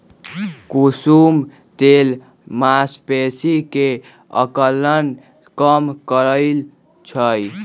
कुसुम तेल मांसपेशी के अकड़न कम करई छई